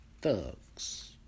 thugs